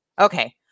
Okay